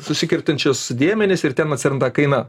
susikertančius dėmenis ir ten atsiranda kaina